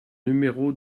numéro